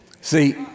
See